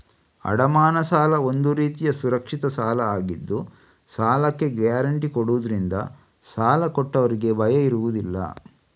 ಅಡಮಾನ ಸಾಲ ಒಂದು ರೀತಿಯ ಸುರಕ್ಷಿತ ಸಾಲ ಆಗಿದ್ದು ಸಾಲಕ್ಕೆ ಗ್ಯಾರಂಟಿ ಕೊಡುದ್ರಿಂದ ಸಾಲ ಕೊಟ್ಟವ್ರಿಗೆ ಭಯ ಇರುದಿಲ್ಲ